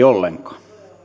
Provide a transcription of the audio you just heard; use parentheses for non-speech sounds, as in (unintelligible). (unintelligible) ollenkaan